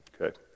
Okay